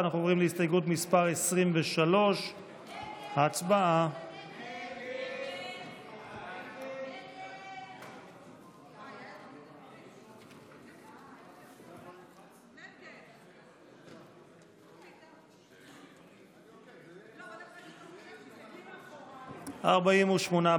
אנחנו עוברים להסתייגות מס' 23. הצבעה.